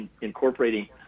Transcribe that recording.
incorporating